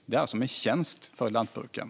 Den är alltså en tjänst för lantbruken.